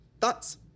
Thoughts